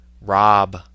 Rob